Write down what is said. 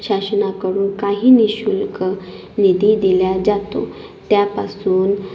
शासनाकडून काही नि शुल्क निधी दिला जातो त्यापासून